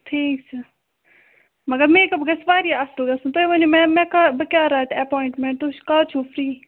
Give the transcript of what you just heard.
ٹھِیٖک چھُ مگر میک اَپ گَژھِ واریاہ اَصٕل گژھُن تُہۍ ؤنِو مےٚ کر بہٕ کیٛاہ رٹہٕ ایپواینٛٹمٮ۪ںٛٹ تُہۍ کَر چھُو فرٛی